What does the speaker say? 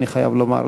אני חייב לומר,